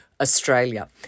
Australia